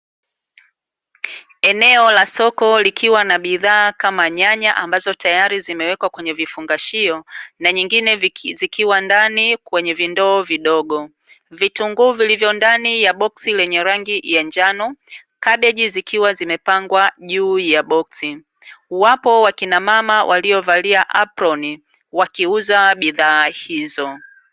Eneo la soko likiwa na bidhaa kama, nyanya ambazo tayari zimewekwa kwenye vifungashio na nyingine zikiwa ndani kwenye vindoo vidogo, vitunguu vilivyo ndani ya boksi lenye rangi ya njano, kabeji zikiwa zimepangwa juu ya boksi, wapo wakina mama waliovalia aproni wakiuza bidhaa hizo.